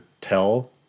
tell